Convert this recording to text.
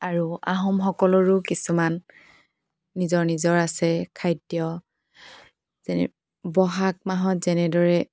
আৰু আহোমসকলৰো কিছুমান নিজৰ নিজৰ আছে খাদ্য যেনে বহাগ মাহত যেনেদৰে